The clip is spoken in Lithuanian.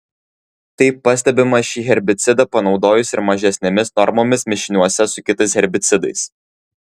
tai pastebima šį herbicidą panaudojus ir mažesnėmis normomis mišiniuose su kitais herbicidais